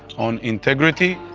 on integrity,